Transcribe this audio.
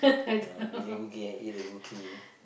yeah we making cookie and eat the cookie